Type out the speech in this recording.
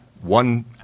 one